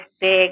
big